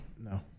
No